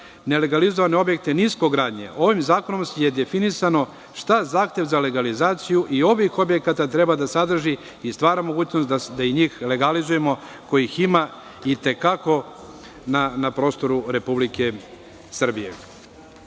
nelegalizovane objekte niskogradnje, ovim zakonom je definisano šta zahtev za legalizaciju i ovih objekata treba da sadrži i stvara mogućnost da i njih legalizujemo, a ima ih i te kako na prostoru Republike Srbije. Ono